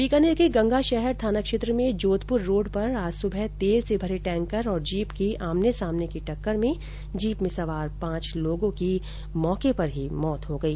बीकानेर के गंगा शहर थाना क्षेत्र में जोधपुर रोड पर आज सुबह तेल से भरे टैंकर और जीप की आमने सामने की टक्कर में जीप में सवार पांच लोगों की मौके पर ही मौत हो गई